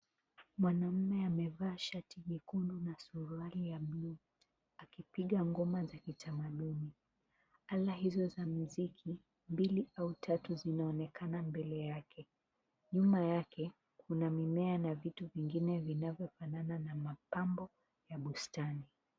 Mwanaume amevaa shati nyekundu na suruali ya blu akipiga ngoma za kitamaduni. Ala hizo za muziki mbili au tatu zinaonekana mbele yake. Nyuma yake, kuna mimea na vitu vingine vinavyo fanana na mapambo ya bustani.